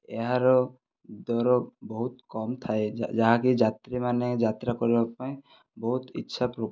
ଏହାର ଦର ବହୁତ କମ ଥାଏ ଯାହାକି ଯାତ୍ରୀ ମାନେ ଯାତ୍ରା କରିବା ପାଇଁ ବହୁତ ଇଛା